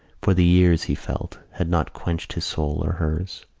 for the years, he felt, had not quenched his soul or hers.